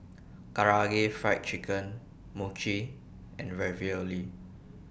Karaage Fried Chicken Mochi and Ravioli